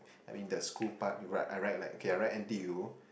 I mean the school part you write I write like okay I write N_T_U